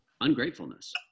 ungratefulness